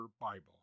Bible